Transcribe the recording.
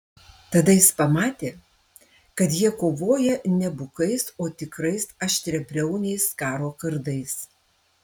tada jis pamatė kad jie kovoja ne bukais o tikrais aštriabriauniais karo kardais